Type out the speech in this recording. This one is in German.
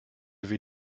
wie